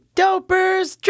dopers